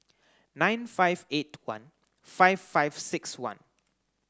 nine five eight one five five six one